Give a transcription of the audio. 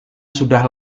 sudah